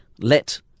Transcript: let